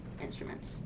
instruments